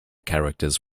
characters